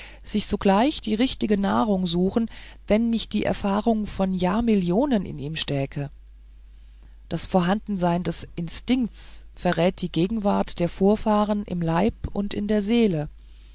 sich sogleich die richtige nahrung suchen wenn nicht die erfahrung von jahrmillionen in ihm stäke das vorhandensein des instinkts verrät die gegenwart der vorfahren im leib und in der seele